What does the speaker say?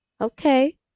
Okay